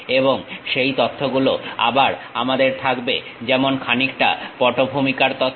এবং সেই তথ্যগুলো আবার আমাদের থাকবে যেমন খানিকটা পটভূমিকার তথ্য